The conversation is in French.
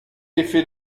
effet